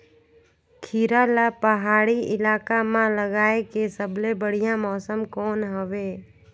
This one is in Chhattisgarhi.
खीरा ला पहाड़ी इलाका मां लगाय के सबले बढ़िया मौसम कोन हवे?